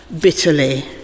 bitterly